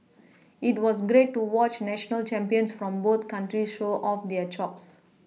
it was great to watch national champions from both countries show off their chops